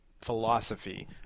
philosophy